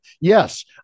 Yes